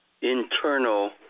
internal